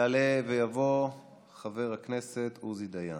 יעלה ויבוא חבר הכנסת עוזי דיין.